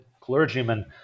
clergymen